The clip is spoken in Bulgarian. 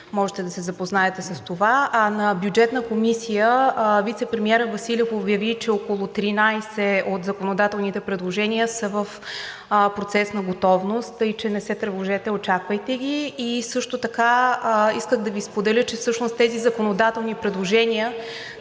Можете да се запознаете с това. А на Бюджетната комисия вицепремиерът Василев обяви, че около 13 от законодателните предложения са в процес на готовност, така че не се тревожете, очаквайте ги. И също така исках да Ви споделя, че всъщност тези законодателни предложения